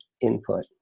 input